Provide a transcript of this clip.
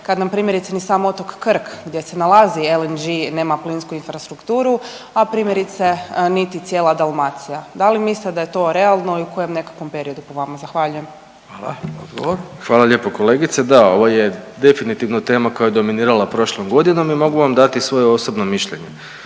kad nam primjerice, ni sam otok Krk, gdje se nalazi LNG nema plinsku infrastrukturu, a primjerice, niti cijela Dalmacija? Da li mislite da je to realno i u kojem nekakvom periodu po vama? Zahvaljujem. **Radin, Furio (Nezavisni)** Hvala. Odgovor. **Hajduković, Domagoj (Socijaldemokrati)** Hvala lijepo kolegice. Da, ovo je definitivno tema koja je dominirala prošlom godinom i mogu vam dati svoje osobno mišljenje,